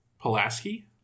Pulaski